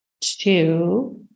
two